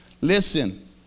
Listen